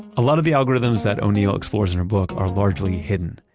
a lot of the algorithms that o'neil explores in her book are largely hidden.